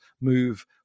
move